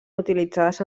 utilitzades